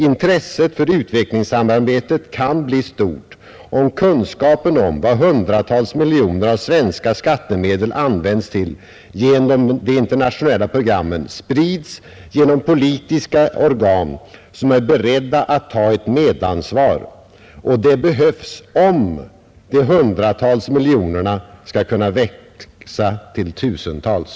Intresset för utvecklingssamarbetet kan bli stort, om kunskapen om vad hundratals miljoner av svenska skattemedel används till genom de internationella programmen sprids genom politiska organ som är beredda att ta ett medansvar — och det behövs om de hundratals miljonerna skall kunna växa till till tusentals.”